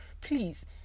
please